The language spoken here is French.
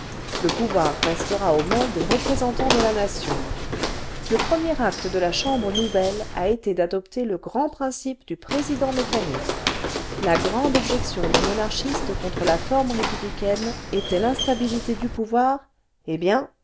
le pouvoir restera aux mains des représentants de la nation le premier acte de la chambre nouvelle a été d'adopter le grand principe du président mécanique la grande objection des monarchistes contre la forme républicaine était le president mecanique de la republique française l'instabilité du pouvoir eh bien